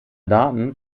daten